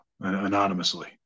anonymously